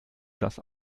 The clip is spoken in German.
das